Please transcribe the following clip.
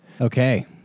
Okay